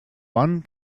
one